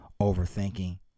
overthinking